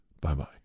Bye-bye